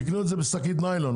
שיקנו את זה בשקית ניילון.